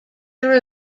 are